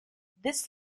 this